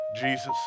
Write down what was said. Jesus